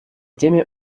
теме